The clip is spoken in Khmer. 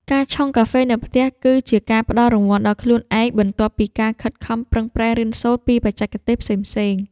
ការឆុងកាហ្វេនៅផ្ទះ គឺជាការផ្ដល់រង្វាន់ដល់ខ្លួនឯង បន្ទាប់ពីការខិតខំប្រឹងប្រែងរៀនសូត្រពីបច្ចេកទេសផ្សេងៗ។